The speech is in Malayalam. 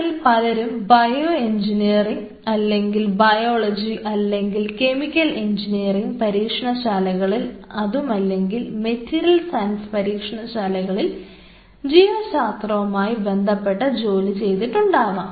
നിങ്ങളിൽ പലരും ബയോഎൻജിനീയറിങ് അല്ലെങ്കിൽ ബയോളജി അല്ലെങ്കിൽ കെമിക്കൽ എൻജിനീയറിങ് പരീക്ഷണശാലകളിൽ അതുമല്ലെങ്കിൽ മെറ്റീരിയൽ സയൻസ് പരീക്ഷണശാലയിൽ ജീവശാസ്ത്രവുമായി ബന്ധപ്പെട്ട ജോലി ചെയ്തിട്ടുണ്ടാവാം